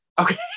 Okay